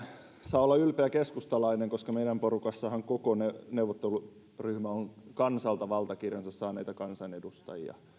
saa olla ylpeä keskustalainen koska meidän porukassahan koko neuvotteluryhmä on kansalta valtakirjansa saaneita kansanedustajia